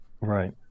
Right